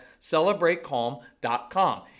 CelebrateCalm.com